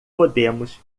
podemos